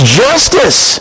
justice